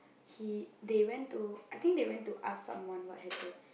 he they went I think they went to I think they went to ask someone what happened